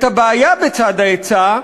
את הבעיה בצד ההיצע,